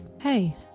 Hey